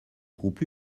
groupe